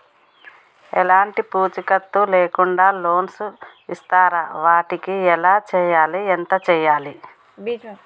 ఎలాంటి పూచీకత్తు లేకుండా లోన్స్ ఇస్తారా వాటికి ఎలా చేయాలి ఎంత చేయాలి?